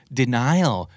denial